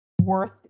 worth